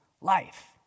life